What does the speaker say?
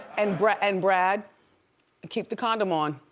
and brad and brad and keep the condom on.